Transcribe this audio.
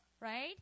right